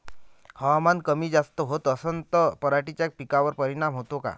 हवामान कमी जास्त होत असन त पराटीच्या पिकावर परिनाम होते का?